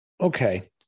Okay